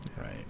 Right